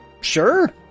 sure